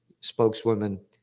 spokeswoman